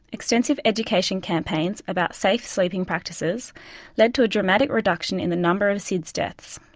extensive education campaigns about safe sleeping practices led to a dramatic reduction in the number of sids deaths.